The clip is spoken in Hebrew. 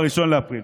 ב-1 באפריל.